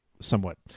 somewhat